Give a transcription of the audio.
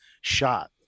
shot